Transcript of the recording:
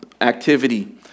activity